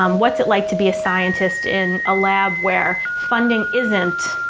um what's it like to be a scientist in a lab where funding isn't,